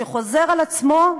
שחוזר על עצמו,